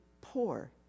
poor